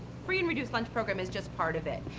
free and reduced lunch program is just part of it.